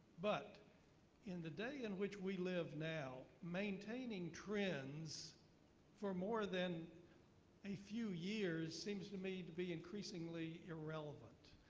but in the day in which we live now, maintaining trends for more than a few years seems to me to be increasingly irrelevant.